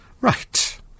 Right